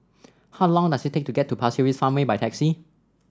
how long does it take to get to Pasir Ris Farmway by taxi